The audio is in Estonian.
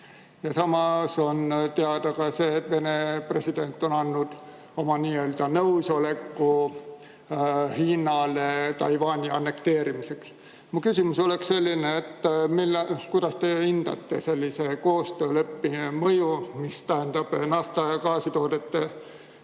Samas on teada ka see, et Venemaa president on andnud oma nii-öelda nõusoleku Hiinale Taiwani annekteerimiseks. Mu küsimus on selline: kuidas te hindate sellise koostööleppe mõju, mis tähendab nafta‑ ja gaasitoodete